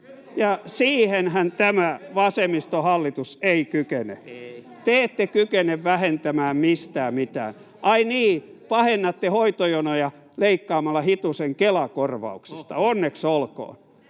ja siihenhän tämä vasemmistohallitus ei kykene. Te ette kykene vähentämään mistään mitään. Ai niin, pahennatte hoitojonoja leikkaamalla hitusen Kela-korvauksista — onneksi olkoon.